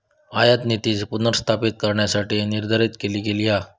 आयातनीती पुनर्स्थापित करण्यासाठीच निर्धारित केली गेली हा